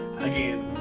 again